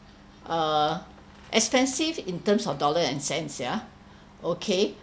err expensive in terms of dollar and cents yeah okay